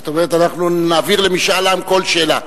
זאת אומרת, אנחנו נעביר למשאל עם כל שאלה.